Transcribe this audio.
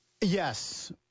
yes